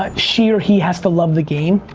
um she or he has to love the game.